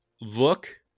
look